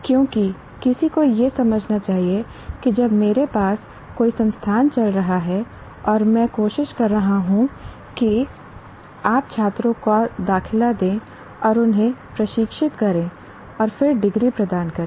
क्योंकि किसी को यह समझना चाहिए कि जब मेरे पास कोई संस्थान चल रहा है और मैं कोशिश कर रहा हूं कि आप छात्रों को दाखिला दें और उन्हें प्रशिक्षित करें और फिर डिग्री प्रदान करें